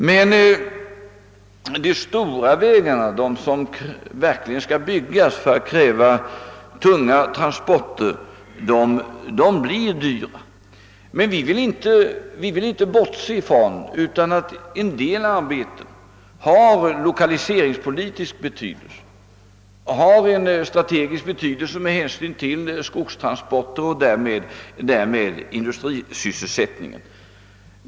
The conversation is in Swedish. Men de stora vägarna, de som verkligen skall byggas för att bära tunga transporter, blir dyra. Vi vill emellertid inte bortse från att en del arbeten har lokaliseringspolitisk betydelse och en strategisk betydelse med hänsyn till skogstransporterna och därmed för industrisysselsättningen.